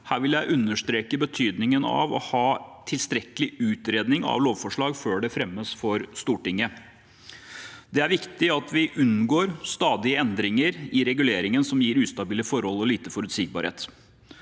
Her vil jeg understreke betydningen av å ha en tilstrekkelig utredning av lovforslag før det fremmes for Stortinget. Det er viktig at vi unngår stadige endringer i reguleringen som gir ustabile forhold og lite forutsigbarhet.